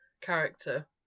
character